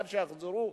עד שיחזרו,